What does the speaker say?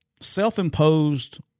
Self-imposed